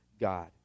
God